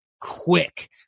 quick